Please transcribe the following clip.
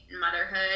motherhood